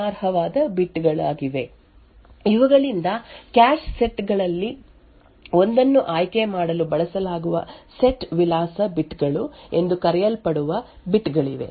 ಈ ನಿರ್ದಿಷ್ಟ ರೀತಿಯಲ್ಲಿ ಈ ವರ್ಚುವಲ್ ವಿಳಾಸ ಕ್ಯಾಶ್ ಲೈನ್ ಅನ್ನು ಪರಿಹರಿಸಲು ಬಳಸಲಾಗುವ ಕೆಲವು ಬಿಟ್ ಗಳು ಕಡಿಮೆ ಗಮನಾರ್ಹವಾದ ಬಿಟ್ ಗಳಾಗಿವೆ ಇವುಗಳಿಂದ ಕ್ಯಾಶ್ ಸೆಟ್ ಗಳಲ್ಲಿ ಒಂದನ್ನು ಆಯ್ಕೆ ಮಾಡಲು ಬಳಸಲಾಗುವ ಸೆಟ್ ವಿಳಾಸ ಬಿಟ್ ಗಳು ಎಂದು ಕರೆಯಲ್ಪಡುವ ಬಿಟ್ ಗಳಿವೆ